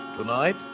Tonight